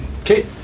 Okay